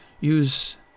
use